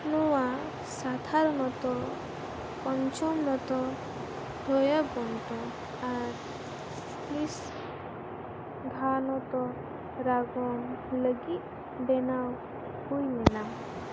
ᱱᱚᱣᱟ ᱥᱟᱫᱷᱟᱨᱚᱱᱚᱛᱚ ᱯᱚᱧᱪᱚᱢᱱᱚᱛᱚ ᱫᱷᱳᱭᱟᱵᱚᱱᱛᱚ ᱟᱨ ᱱᱤᱥᱫᱷᱟᱱᱚᱛᱚ ᱨᱟᱜᱚᱢ ᱞᱟᱹᱜᱤᱫ ᱵᱮᱱᱟᱣ ᱦᱩᱭ ᱞᱮᱱᱟ